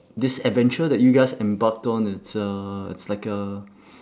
this adventure that you guys embarked on it's a it's like a